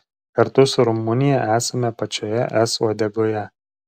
kartu su rumunija esame pačioje es uodegoje